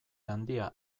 handia